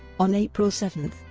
on april seven,